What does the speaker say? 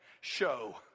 show